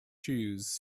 shoes